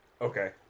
Okay